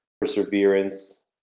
perseverance